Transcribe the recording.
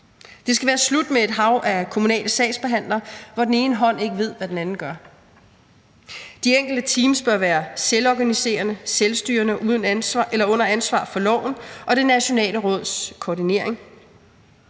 Det skal være slut med et hav af kommunale sagsbehandlere, hvor den ene hånd ikke ved, hvad den anden gør. De enkelte teams bør være selvorganiserende og selvstyrende under ansvar for loven og det nationale råds koordinering.